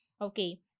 Okay